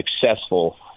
successful